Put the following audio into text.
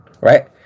right